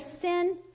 sin